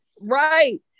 Right